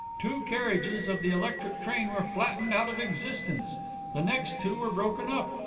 two carriages of the electric train were flattened out of existence the next two were broken up.